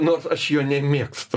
nors aš jo nemėgstu